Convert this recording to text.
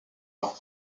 pas